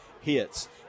hits